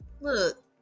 look